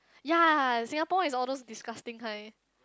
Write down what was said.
yea Singapore is all those disgusting kind